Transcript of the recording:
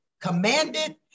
commanded